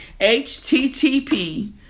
HTTP